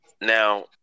Now